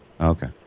Okay